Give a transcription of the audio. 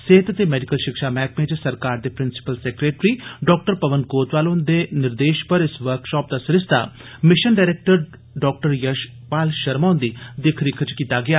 सेहत ते मेडिकल षिक्षा मैह्कमे च सरकार दे प्रिसिपल सैक्टरी डॉ पवन कोतवाल हुंदे निर्देष पर इस वर्कषाप दा सरिस्ता मिषन डरैक्टर डॉ यषपाल षर्मा हंदी दिक्ख रिक्ख च कीता गेआ